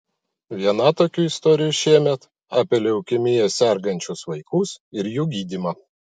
viena tokių istorijų šiemet apie leukemija sergančius vaikus ir jų gydymą